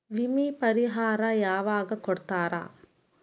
ವಿಮೆ ಪರಿಹಾರ ಯಾವಾಗ್ ಕೊಡ್ತಾರ?